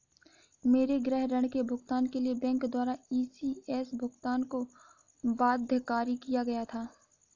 मेरे गृह ऋण के भुगतान के लिए बैंक द्वारा इ.सी.एस भुगतान को बाध्यकारी किया गया था